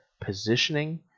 positioning